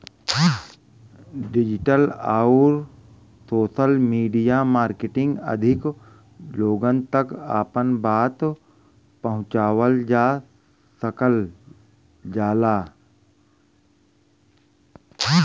digital आउर social media marketing अधिक लोगन तक आपन बात पहुंचावल जा सकल जाला